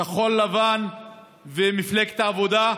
כחול לבן ומפלגת העבודה,